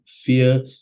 fear